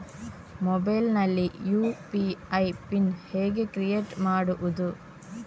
Mobile ನಲ್ಲಿ UPI pin ಹೇಗೆ create ಮಾಡುವುದು?